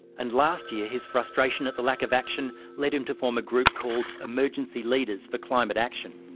and last year his frustration at the lack of action led him to form a group called emergency leaders for climate action.